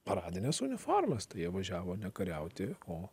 paradines uniformas tai jie važiavo ne kariauti o